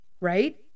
Right